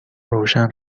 روشن